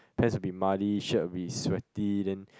pants will be muddy shirt will be sweaty then